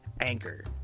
anchor